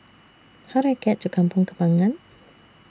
How Do I get to Kampong Kembangan